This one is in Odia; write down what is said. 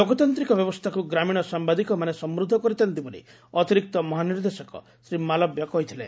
ଲୋକତାନ୍ତିକ ବ୍ୟବସ୍ରାକୁ ଗ୍ରାମୀଣ ସାମ୍ଘାଦିକମାନେ ସମୃଦ୍ଧ କରିଥାନ୍ତି ବୋଲି ଅତିରିକ୍ତ ମହାନିର୍ଦ୍ଧେଶକ ଶ୍ରୀ ମାଲବ୍ୟ କହିଥ୍ଲେ